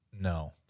No